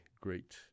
great